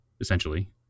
essentially